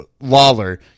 Lawler